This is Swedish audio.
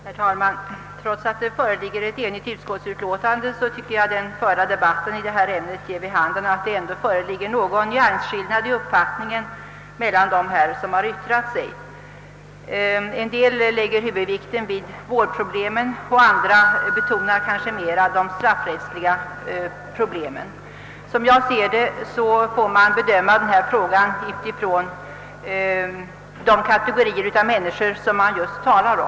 Herr talman! Trots att det föreligger ett enigt utskottsutlåtande tycker jag att den förda debatten i detta ämne ger vid handen att det ändå finns någon nyansskillnad mellan uppfattningarna hos dem som yttrat sig. Vissa lägger huvudvikten på vårdproblemen och andra betonar kanske mera de straffrättsliga problemen. Som jag ser det bör man bedöma denna fråga med tanke på de kategorier människor som det gäller.